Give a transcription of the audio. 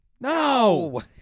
No